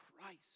Christ